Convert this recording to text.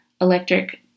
electric